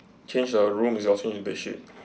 change the room and also the bedsheet